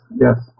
Yes